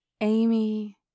Amy